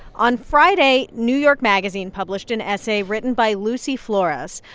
on friday, new york magazine published an essay written by lucy flores,